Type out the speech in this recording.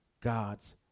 God's